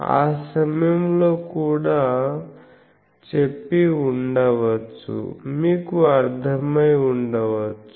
ఆ సమయంలో కూడా చెప్పి ఉండవచ్చు మీకు అర్థమైఉండవచ్చు